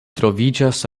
troviĝas